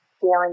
feeling